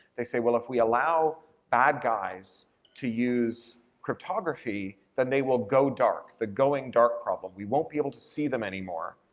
they say, well if we allow bad guys to use cryptography, then they will go dark. the going dark problem. we won't be able to see them anymore.